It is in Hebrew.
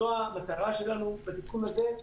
זו המטרה שלנו בתיקון הזה.